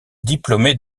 diplômé